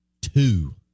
two